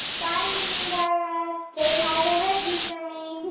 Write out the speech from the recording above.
bye, mindy and guy raz. say hi to reggie for me